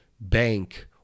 bank